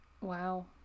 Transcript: Wow